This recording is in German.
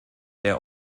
der